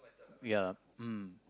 ya mm